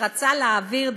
שרצה להעביר,